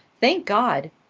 thank god!